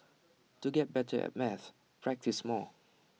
to get better at maths practise more